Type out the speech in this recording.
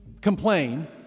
complain